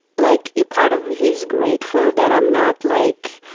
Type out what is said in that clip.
like part of me is grateful that i'm not like,